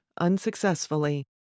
unsuccessfully